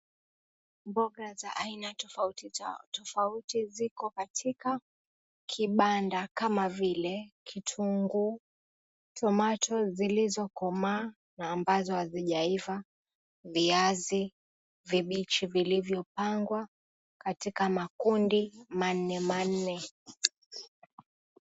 Mboga za aina tofauti tofauti ziko katika kibanda kama vile kitunguu, tomatoes zilizokomaa na ambazo hazijaiva, viazi vibichi vilivyopangwa katika makundi manne manne.